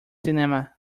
cinema